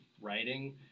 writing